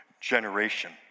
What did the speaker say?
generation